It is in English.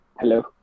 Hello